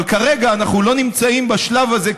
אבל כרגע אנחנו לא נמצאים בשלב הזה,